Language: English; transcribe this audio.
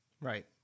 Right